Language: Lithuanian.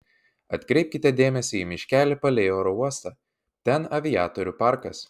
atkreipkite dėmesį į miškelį palei oro uostą ten aviatorių parkas